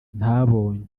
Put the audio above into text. ntabonye